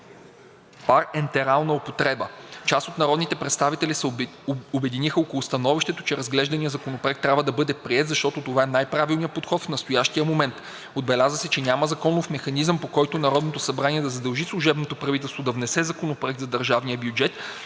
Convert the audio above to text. парентерална употреба. Част от народните представители се обединиха около становището, че разглежданият законопроект трябва да бъде приет, защото това е най-правилният подход в настоящия момент. Отбеляза се, че няма законов механизъм, по който Народното събрание да задължи служебното правителство да внесе Законопроект за държавния бюджет